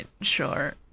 sure